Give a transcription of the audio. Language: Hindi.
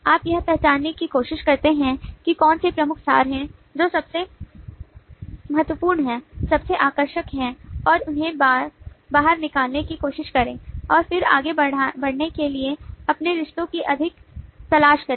आप यह पहचानने की कोशिश करते हैं कि कौन से प्रमुख सार हैं जो सबसे महत्वपूर्ण हैं सबसे आकर्षक हैं और उन्हें बाहर निकालने की कोशिश करें और फिर आगे बढ़ने के लिए अपने रिश्ते की अधिक तलाश करें